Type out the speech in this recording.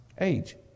Age